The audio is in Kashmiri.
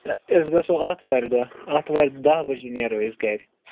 أسۍ گَژھو آتھوارِ دۄہ آتھوارِ دہ بَجے نیرو أسۍ گَرِ